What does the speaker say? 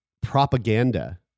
propaganda